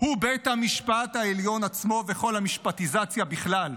הוא בית המשפט העליון עצמו וכל המשפטיזציה בכלל.